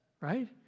Right